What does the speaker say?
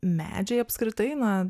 medžiai apskritai na